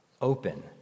open